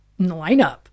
lineup